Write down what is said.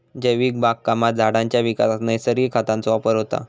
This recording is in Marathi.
जैविक बागकामात झाडांच्या विकासात नैसर्गिक खतांचो वापर होता